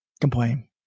complain